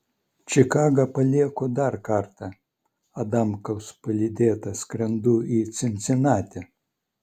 čikagą palieku dar kartą adamkaus palydėta skrendu į cincinatį